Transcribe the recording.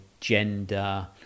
gender